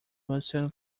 monsoon